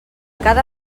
cada